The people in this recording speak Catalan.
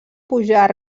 pujar